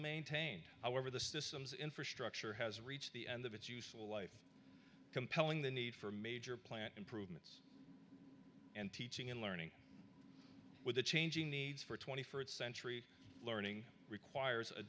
maintained however the systems infrastructure has reached the end of its useful life compelling the need for major plant improvement and teaching and learning with the changing needs for twenty first century learning requires a